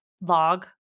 log